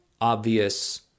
obvious